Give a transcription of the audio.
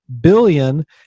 billion